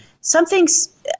something's